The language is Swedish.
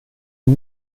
den